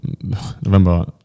November